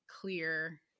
clear